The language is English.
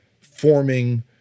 forming